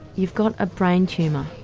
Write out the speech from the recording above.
you've got a brain tumour.